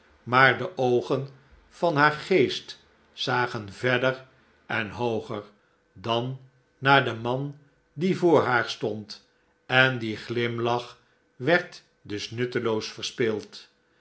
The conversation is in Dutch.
maar de oogen van haar geest zagen verder en hooger dan naar den man die voor haar stond en die glimlach werd dus nutteloos verspild